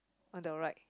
on the right